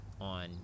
on